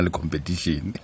competition